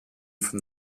from